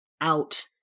out